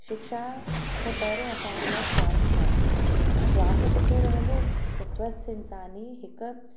शिक्षा खो पहिरियों असांजे लाइ स्वास्थ्य आहे स्वास्थ्य सुठो रहंदो त स्वस्थ इंसान ई हिकु